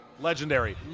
legendary